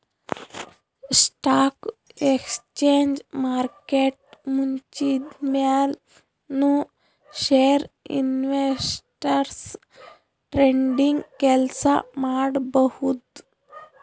stock exchange market ಮುಚ್ಚಿದ್ಮ್ಯಾಲ್ ನು share investors trading ಕೆಲ್ಸ ಮಾಡಬಹುದ್